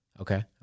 Okay